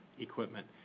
equipment